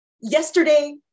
yesterday